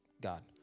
God